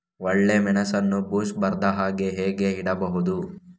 ಒಳ್ಳೆಮೆಣಸನ್ನು ಬೂಸ್ಟ್ ಬರ್ದಹಾಗೆ ಹೇಗೆ ಇಡಬಹುದು?